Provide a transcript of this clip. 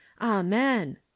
amen